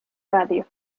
radios